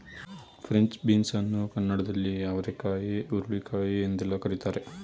French beans ಅನ್ನು ಕನ್ನಡದಲ್ಲಿ ಅವರೆಕಾಯಿ ಹುರುಳಿಕಾಯಿ ಎಂದೆಲ್ಲ ಕರಿತಾರೆ